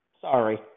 sorry